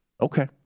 Okay